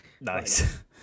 nice